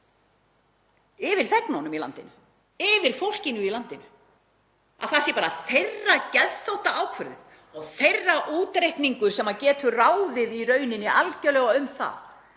yfir þegnunum í landinu, yfir fólkinu í landinu? Það sé bara þeirra geðþóttaákvörðun og þeirra útreikningur sem getur ráðið því í rauninni algerlega hvort